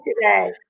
today